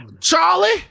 Charlie